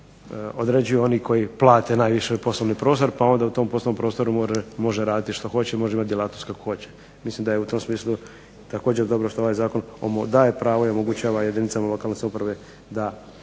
određuju oni koji plate najviše poslovni prostor, pa onda u tom poslovnom prostoru može raditi što hoće, može imati djelatnost kakvu hoće. Mislim da je u tom smislu također dobro što ovaj zakon daje pravo i omogućava jedinicama lokalne samouprave da